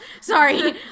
Sorry